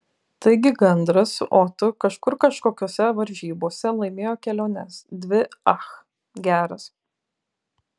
taigi gandras su otu kažkur kažkokiose varžybose laimėjo keliones dvi ach geras